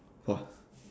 !wah!